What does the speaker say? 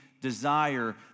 desire